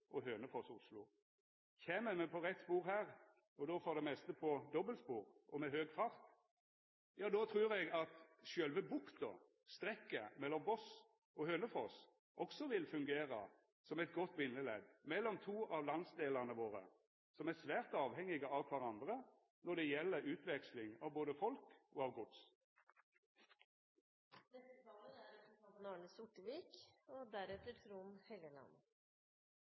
oss om begge endane, nemleg strekningane Voss–Bergen og Hønefoss–Oslo. Kjem me på rett spor her, og då for det meste på dobbeltspor og med høg fart, ja, då trur eg at sjølve bukta – strekket mellom Voss og Hønefoss – også vil fungera som eit godt bindeledd mellom to av landsdelane våre, som er svært avhengige av kvarandre når det gjeld utveksling av både folk og av gods. Det er